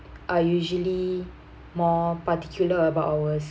are usually more particular about our